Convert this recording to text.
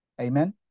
Amen